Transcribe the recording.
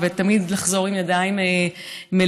ותמיד לחזור עם ידיים מלאות,